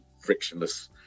frictionless